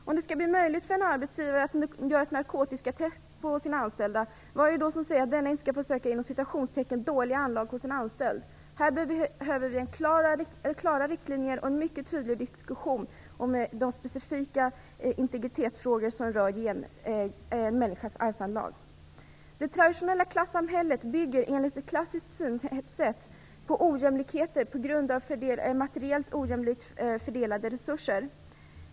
Om det skall bli möjligt för en arbetsgivare att göra narkotikatest på sina anställda, vad är det då som säger att denne inte skall få söka efter "dåliga anlag" hos en anställd? Här behöver vi klara riktlinjer och en mycket tydlig diskussion om de specifika integritetsfrågor som rör en människas arvsanlag. Det traditionella klassamhället bygger enligt ett klassiskt synsätt på ojämlikheter på grund av ojämlikt fördelade materiella resurser.